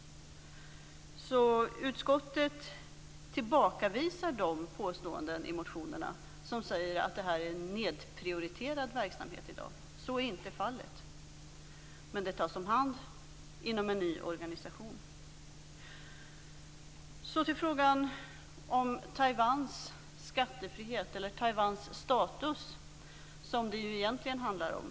Utskottet tillbakavisar de påståenden i motionerna som säger att detta är en nedprioriterad verksamhet i dag. Så är inte fallet. Men det tas om hand inom en ny organisation. Därefter skall jag övergå till frågan om Taiwans skattefrihet, eller Taiwans status som det egentligen handlar om.